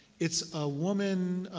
it's a woman